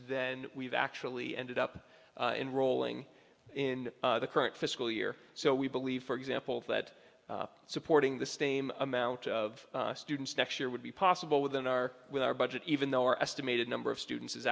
then we've actually ended up in rolling in the current fiscal year so we believe for example that supporting the same amount of students next year would be possible within our with our budget even though our estimated number of students is